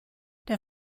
der